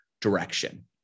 direction